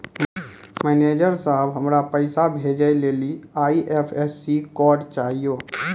manager साहब, हमरा पैसा भेजै लेली आई.एफ.एस.सी कोड चाहियो